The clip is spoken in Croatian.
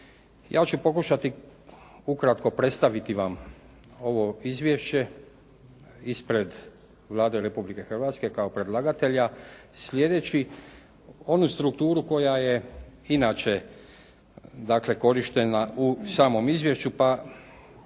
Ja ću pokušati ukratko predstaviti vam ovo izvješće ispred Vlade Republike Hrvatske kao predlagatelja slijedeći onu strukturu koja je inače dakle korištena u samom izvješću,